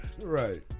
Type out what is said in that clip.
Right